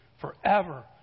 forever